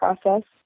process